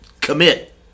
commit